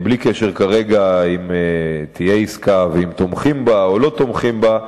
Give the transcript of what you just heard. בלי קשר כרגע לשאלה אם תהיה עסקה ואם תומכים בה או לא תומכים בה,